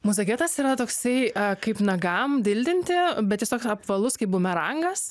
muzagetas yra toksai kaip nagam dildinti bet jis toks apvalus kaip bumerangas